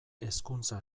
hezkuntza